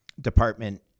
Department